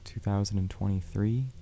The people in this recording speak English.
2023